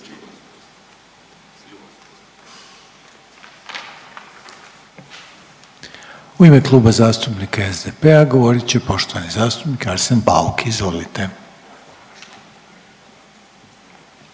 U ime Kluba zastupnika SDP-a govorit će poštovani zastupnik Arsen Bauk, izvolite.